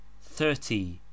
Thirty